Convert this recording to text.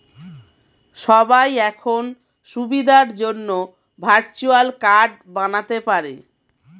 সবাই এখন সুবিধার জন্যে ভার্চুয়াল কার্ড বানাতে পারে